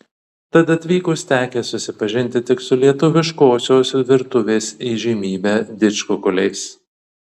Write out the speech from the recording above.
tad atvykus tekę susipažinti tik su lietuviškosios virtuvės įžymybe didžkukuliais